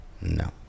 No